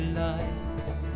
lives